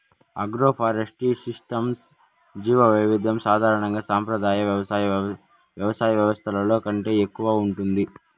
agroforestry సిస్టమ్స్లో జీవవైవిధ్యం సాధారణంగా సంప్రదాయ వ్యవసాయ వ్యవస్థల కంటే ఎక్కువగా ఉంటుంది